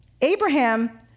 Abraham